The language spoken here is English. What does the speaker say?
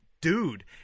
dude